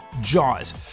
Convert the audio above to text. Jaws